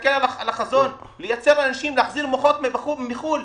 להסתכל על החזון, להחזיר מוחות מחו"ל,